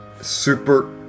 Super